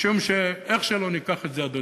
משום שאיך שלא ניקח את זה, אדוני,